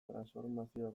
transformazio